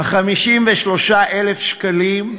58,000 השקלים,